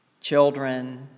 children